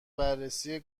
بررسی